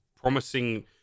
promising